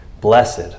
Blessed